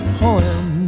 poem